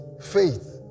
faith